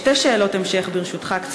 שתי שאלות המשך קצרות, ברשותך.